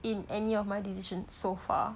in any of my decision so far